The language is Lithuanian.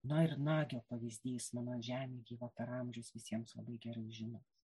na ir nagio pavyzdys manau žemė gyva per amžius visiems labai gerai žinomas